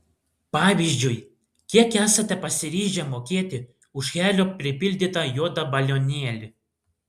pavyzdžiui kiek esate pasiryžę mokėti už helio pripildytą juodą balionėlį